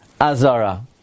Azara